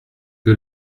que